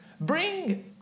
bring